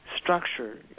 structure